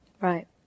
Right